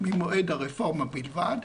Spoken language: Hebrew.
ממועד הרפורמה בלבד,